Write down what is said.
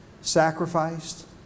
sacrificed